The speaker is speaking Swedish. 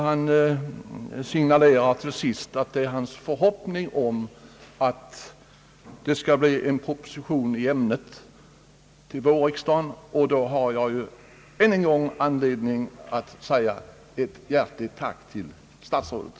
Han signalerar till sist att det är hans förhoppning att en proposition i ämnet skall föreläggas vårriksdagen. I så fall har jag än en gång anledning att säga ett bjärtligt tack till statsrådet.